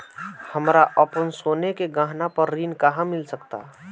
हमरा अपन सोने के गहना पर ऋण कहां मिल सकता?